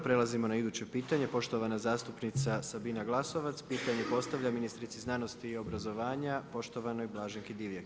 Prelazimo na iduće pitanje, poštovana zastupnica Sabina Glasovac pitanje postavlja ministrici znanosti i obrazovanja poštovanoj Blaženki Divjak.